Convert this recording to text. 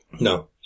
No